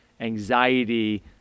anxiety